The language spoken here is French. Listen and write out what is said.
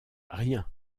rien